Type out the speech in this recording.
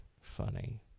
funny